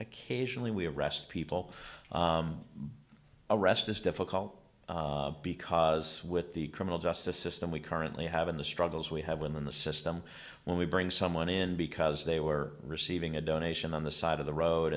occasionally we arrest people arrest is difficult because with the criminal justice system we currently have and the struggles we have in the system when we bring someone in because they were receiving a donation on the side of the road